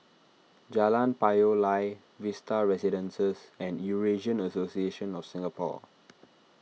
Jalan Payoh Lai Vista Residences and Eurasian Association of Singapore